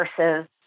versus